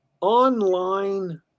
online